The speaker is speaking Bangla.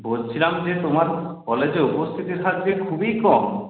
বলছিলাম যে তোমার কলেজে উপস্থিতির হার যে খুবই কম